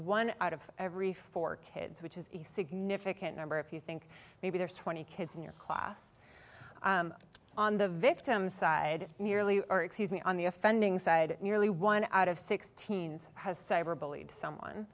one out of every four kids which is a significant number if you think maybe there's twenty kids in your class on the victim side nearly or excuse me on the offending side nearly one out of sixteen's